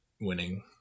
winning